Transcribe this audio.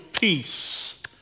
peace